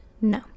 No